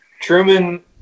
Truman